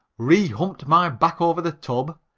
rehumped my back over the tub,